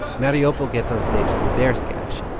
mariupol gets on stage to do their sketch.